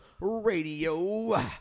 Radio